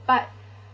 but